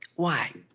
why?